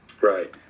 Right